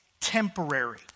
temporary